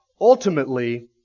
ultimately